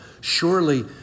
Surely